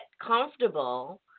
comfortable